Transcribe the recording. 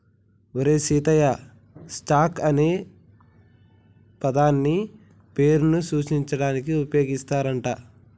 ఓరి సీతయ్య, స్టాక్ అనే పదాన్ని పేర్లను సూచించడానికి ఉపయోగిస్తారు అంట